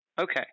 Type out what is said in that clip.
Okay